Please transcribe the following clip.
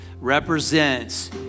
represents